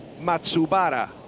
Matsubara